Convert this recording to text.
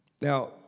Now